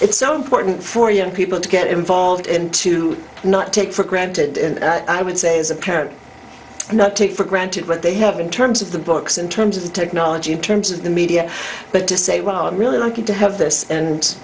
it's so important for young people to get involved and to not take for granted i would say as a parent and not take for granted what they have in terms of the books in terms of technology in terms of the media but to say well i'm really lucky to have this and